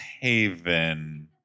Haven